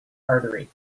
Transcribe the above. artery